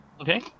Okay